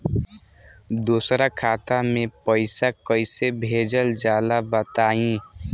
दोसरा खाता में पईसा कइसे भेजल जाला बताई?